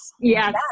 Yes